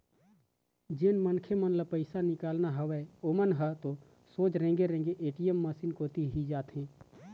जेन मनखे ल पइसा निकालना हवय ओमन ह तो सोझ रेंगे रेंग ए.टी.एम मसीन कोती ही जाथे